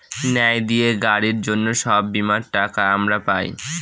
ন্যায় দিয়ে গাড়ির জন্য সব বীমার টাকা আমরা পাই